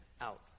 out